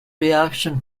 reaction